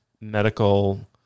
medical